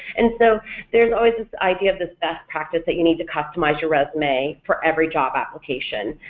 and so there's always this idea of this best practice that you need to customize your resume for every job application,